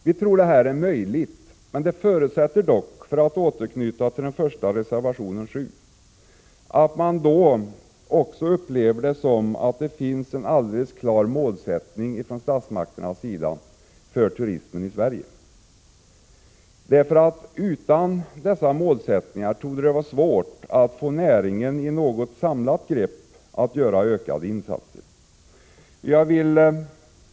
Vi tror att detta är möjligt, men det förutsätter dock — för att återknyta till reservation 7 — att man också upplever att det finns en alldeles klar målsättning från statsmakternas sida för turismen i Sverige. Utan en sådan målsättning torde det vara svårt att få näringen att i något samlat grepp göra ökade insatser. Fru talman!